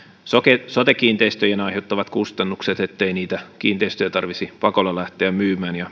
sote sote kiinteistöjen aiheuttamat kustannukset ettei niitä kiinteistöjä tarvitsisi pakolla lähteä myymään ja